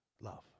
love